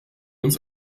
uns